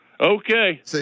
Okay